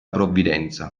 provvidenza